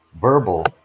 verbal